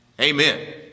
Amen